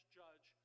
judge